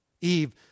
Eve